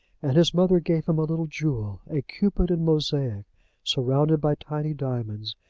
and his mother gave him a little jewel, a cupid in mosaic surrounded by tiny diamonds,